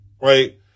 Right